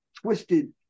twisted